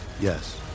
Yes